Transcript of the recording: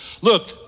Look